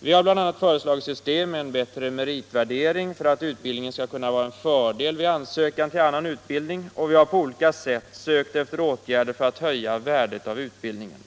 Vi har bl.a. föreslagit ett system med bättre meritvärdering för att utbildningen skall kunna vara en fördel vid ansökan till annan utbildning, och vi har på olika sätt sökt efter åtgärder för att höja värdet av utbildningen.